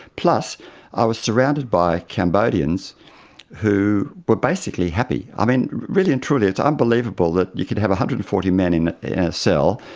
plus i was surrounded by cambodians who were basically happy. i mean, really and truly, it's unbelievable that you can have one hundred and forty men in a cell,